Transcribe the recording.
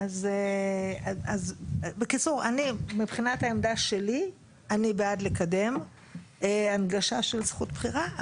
אז בקיצור אני מבחינת העמדה שלי אני בעד לקדם הנגשה של זכות בחירה,